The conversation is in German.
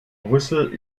brüssel